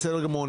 בסדר גמור.